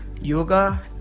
yoga